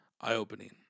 eye-opening